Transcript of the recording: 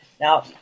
Now